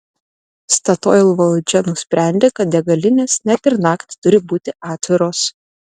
statoil valdžia nusprendė kad degalinės net ir naktį turi būti atviros